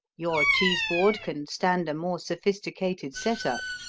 your cheese board can stand a more sophisticated setup.